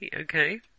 Okay